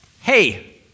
Hey